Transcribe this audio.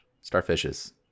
starfishes